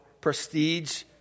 prestige